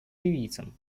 ливийцам